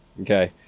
okay